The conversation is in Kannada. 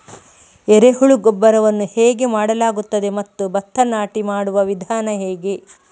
ಎರೆಹುಳು ಗೊಬ್ಬರವನ್ನು ಹೇಗೆ ಮಾಡಲಾಗುತ್ತದೆ ಮತ್ತು ಭತ್ತ ನಾಟಿ ಮಾಡುವ ವಿಧಾನ ಹೇಗೆ?